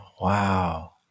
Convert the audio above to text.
Wow